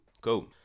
Cool